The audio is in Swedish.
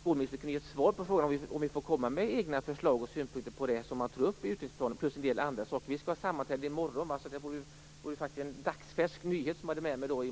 skolministern kunde ge ett svar på frågan om vi får komma med egna förslag och synpunkter på det som tas upp i utvecklingsplanen plus en del andra saker. Vi skall ha sammanträde i morgon, så jag skulle i så fall kunna ha med mig en dagsfärsk nyhet till sammanträdet.